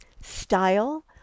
style